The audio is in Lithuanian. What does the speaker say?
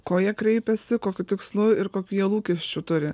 ko jie kreipiasi kokiu tikslu ir kokių jie lūkesčių turi